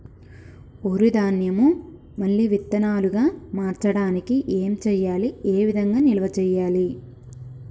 వరి ధాన్యము మళ్ళీ విత్తనాలు గా మార్చడానికి ఏం చేయాలి ఏ విధంగా నిల్వ చేయాలి?